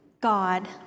god